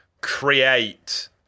create